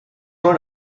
run